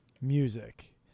music